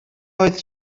oedd